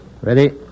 Ready